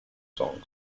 songs